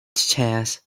chairs